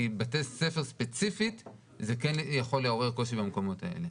כי בתי ספר ספציפית זה כן יכול לעורר קושי במקומות האלה.